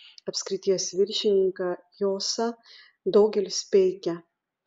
apskrities viršininką josą daugelis peikia